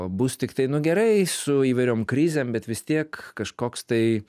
bus tiktai nu gerai su įvairiom krizėm bet vis tiek kažkoks tai